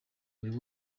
buri